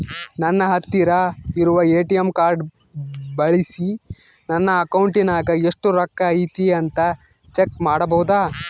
ನನ್ನ ಹತ್ತಿರ ಇರುವ ಎ.ಟಿ.ಎಂ ಕಾರ್ಡ್ ಬಳಿಸಿ ನನ್ನ ಅಕೌಂಟಿನಾಗ ಎಷ್ಟು ರೊಕ್ಕ ಐತಿ ಅಂತಾ ಚೆಕ್ ಮಾಡಬಹುದಾ?